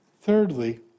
Thirdly